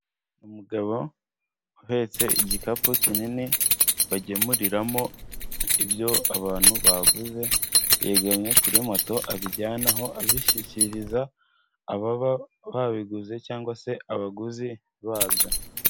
Umugabo uhetse igikapu kinini bagemuriramo ibyo abantu baguze, yegamye kuri moto abijyana aho abishyikiriza ababa babiguze cyangwa se abaguzi babyo.